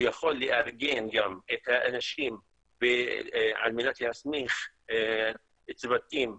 יכול לארגן את האנשים על-מנת להסמיך צוותים מהאימאמים,